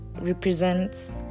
represents